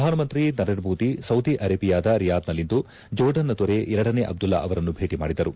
ಪ್ರಧಾನಮಂತ್ರಿ ನರೇಂದ್ರ ಮೋದಿ ಸೌದಿ ಅರೇಬಿಯಾದ ರಿಯಾದ್ನಲ್ಲಿಂದು ಜೋರ್ಡನ್ನ ದೊರೆ ಎರಡನೆ ಅಬ್ದುಲ್ಲಾ ಅವರನ್ನು ಭೇಟಿ ಮಾಡಿದರು